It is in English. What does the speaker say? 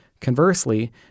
Conversely